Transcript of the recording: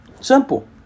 Simple